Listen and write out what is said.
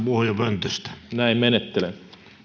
puhujapöntöstä näin menettelen